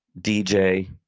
dj